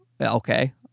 Okay